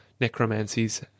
necromancies